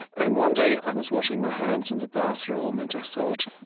and one day, i was washing my hands in the bathroom, and i thought,